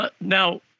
Now